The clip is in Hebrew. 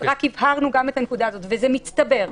וזה מצטבר,